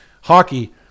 hockey